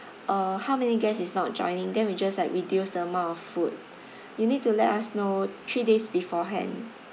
uh how many guest is not joining then we just like reduce the amount of food you need to let us know three days beforehand